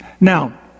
Now